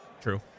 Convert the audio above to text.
True